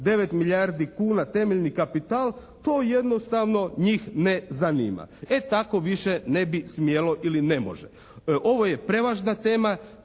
9 milijardi kuna temeljni kapital. To jednostavno njih ne zanima. E tako više ne bi smjelo ili ne može. Ovo je prevažna tema